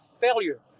failure